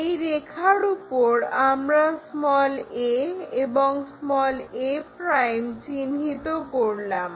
এই রেখার উপর আমরা a এবং a' চিহ্নিত করলাম